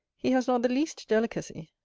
he has not the least delicacy.